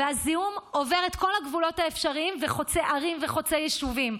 והזיהום עובר את כל הגבולות האפשריים וחוצה ערים וחוצה יישובים.